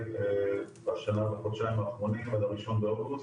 בשנה וחודשיים אחרונים עד ראשון באוגוסט,